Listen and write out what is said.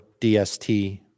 DST